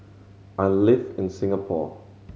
I live in Singapore